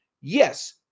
yes